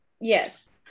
Yes